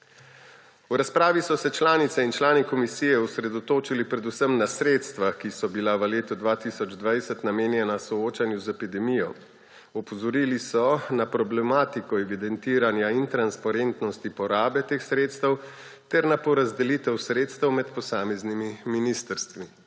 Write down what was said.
V razpravi so se članice in člani komisije osredotočili predvsem na sredstva, ki so bila v letu 2020 namenjena soočanju z epidemijo. Opozorili so na problematiko evidentiranja in transparentnosti porabe teh sredstev ter na porazdelitev sredstev med posameznimi ministrstvi.